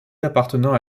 appartenant